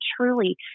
truly